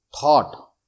thought